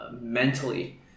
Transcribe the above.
mentally